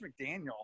McDaniel